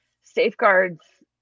safeguards